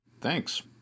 Thanks